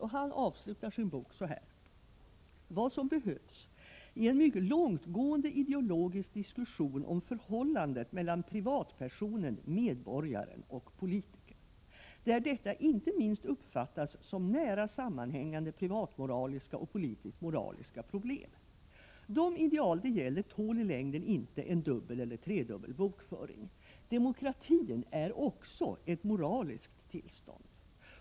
Han avslutar sin bok så här: ”Vad som behövs är en mycket långtgående ideologisk diskussion om förhållandet mellan privatpersonen, medborgaren och politikern, där detta inte minst uppfattas som nära sammanhängande privatmoraliska och politiskt-moraliska problem. De ideal det gäller tål i längden inte en dubbel eller tredubbel bokföring. Demokratin är också ett moraliskt tillstånd.